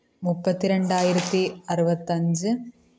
മുപ്പത്തി രണ്ടായിരത്തി അറുപത്തഞ്ച്